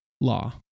law